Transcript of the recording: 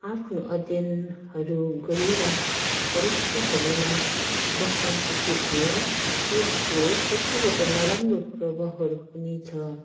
आफ्नो अध्ययनहरू गरेर परीक्षाहरूमा बस्न सके भने यसको कतिवटा नराम्रो प्रभावहरू पनि छ